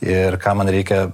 ir ką man reikia